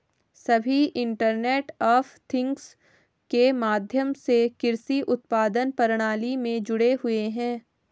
सभी internet of things के माध्यम से कृषि उत्पादन प्रणाली में जुड़े हुए हैं